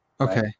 okay